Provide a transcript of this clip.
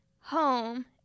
home